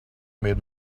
made